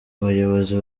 abayobozi